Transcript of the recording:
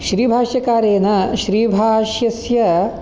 श्रीभाष्यकारेन श्रीभाष्यस्य